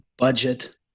budget